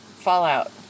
fallout